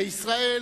בישראל